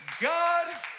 god